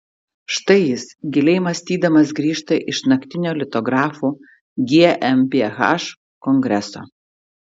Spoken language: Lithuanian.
štai jis giliai mąstydamas grįžta iš naktinio litografų gmbh kongreso